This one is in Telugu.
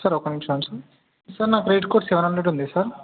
సార్ ఒక నిమిషం సార్ సార్ నా క్రెడిట్ స్కోర్ సెవెన్ హండ్రెడ్ ఉంది సార్